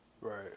Right